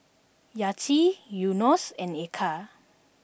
Yati Yunos and Eka